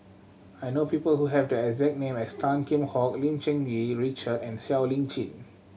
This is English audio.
I know people who have the exact name as Tan Kheam Hock Lim Cherng Yih Richard and Siow Lee Chin